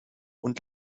und